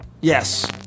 Yes